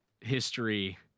history